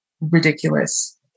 ridiculous